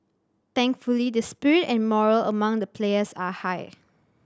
thankfully the spirit and morale among the players are high